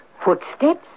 Footsteps